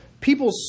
people